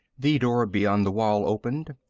the door beyond the wall opened.